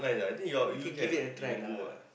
maybe can give it a try lah